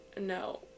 no